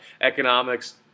economics